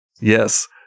Yes